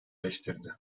eleştirdi